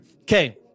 Okay